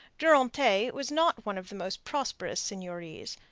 durantaye was not one of the most prosperous seigneuries,